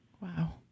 Wow